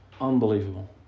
Unbelievable